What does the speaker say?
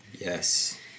Yes